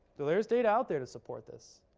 so there's data out there to support this.